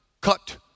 cut